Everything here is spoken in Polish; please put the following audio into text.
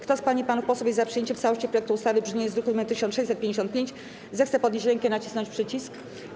Kto z pań i panów posłów jest za przyjęciem w całości projektu ustawy w brzmieniu z druku nr 1655, zechce podnieść rękę i nacisnąć przycisk.